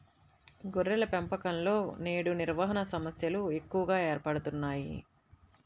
గొర్రెల పెంపకంలో నేడు నిర్వహణ సమస్యలు ఎక్కువగా ఏర్పడుతున్నాయి